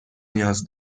نیاز